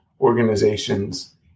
organizations